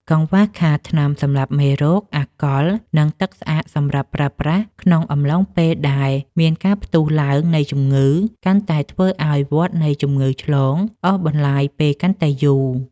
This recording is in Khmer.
កង្វះខាតថ្នាំសម្លាប់មេរោគ អាល់កុល និងទឹកស្អាតសម្រាប់ប្រើប្រាស់ក្នុងអំឡុងពេលដែលមានការផ្ទុះឡើងនៃជំងឺ កាន់តែធ្វើឱ្យវដ្តនៃជំងឺឆ្លងអូសបន្លាយពេលកាន់តែយូរ និងពិបាកក្នុងការគ្រប់គ្រងឱ្យមានប្រសិទ្ធភាព។